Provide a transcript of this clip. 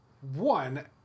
One